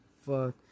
Fuck